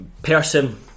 Person